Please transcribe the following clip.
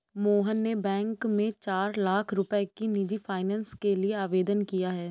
मोहन ने बैंक में चार लाख रुपए की निजी फ़ाइनेंस के लिए आवेदन किया है